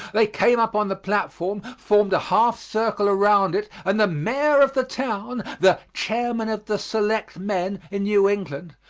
they came up on the platform, formed a half circle around it, and the mayor of the town, the chairman of the selectmen in new england,